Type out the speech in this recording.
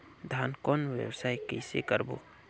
धान कौन व्यवसाय कइसे करबो?